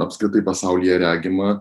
apskritai pasaulyje regima